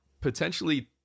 potentially